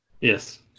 Yes